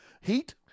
Heat